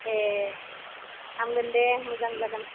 ए हामगोन दे मोजां जागोन